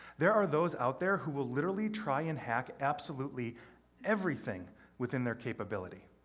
there are those out there who will literally try and hack absolutely everything within their capability.